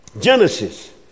Genesis